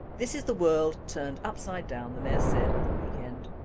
this is the world turned upside down, the mayor said at the weekend.